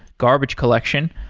garbage collection,